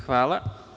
Hvala.